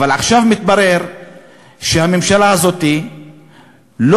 אבל עכשיו מתברר שהממשלה הזאת לא